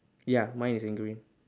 ya mine is in green